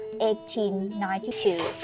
1892